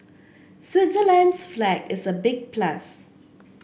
Switzerland's flag is a big plus